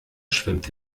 schwimmt